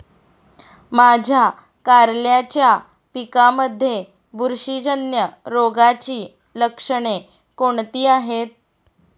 माझ्या कारल्याच्या पिकामध्ये बुरशीजन्य रोगाची लक्षणे कोणती आहेत?